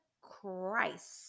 Christ